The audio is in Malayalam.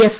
എഫ്